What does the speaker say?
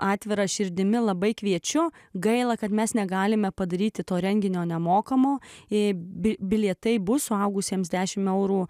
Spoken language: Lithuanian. atvira širdimi labai kviečiu gaila kad mes negalime padaryti to renginio nemokamo jei bilietai bus suaugusiems dešim eurų